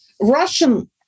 Russian